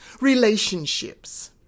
Relationships